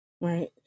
Right